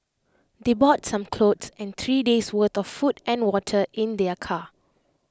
they brought some clothes and three days' worth of food and water in their car